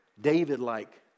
David-like